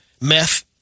meth